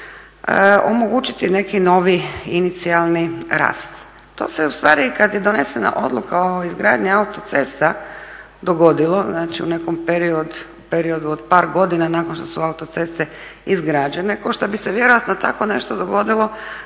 omogućiti neki novi inicijalni rast. To se ustvari kad je donesena odluka o izgradnji autocesta dogodilo, znači u nekom periodu od par godina nakon što su autoceste izgrađene, kao što bi se vjerojatno tako nešto dogodilo